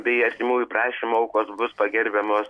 bei artimųjų prašymu aukos bus pagerbiamos